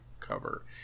cover